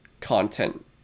content